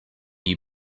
you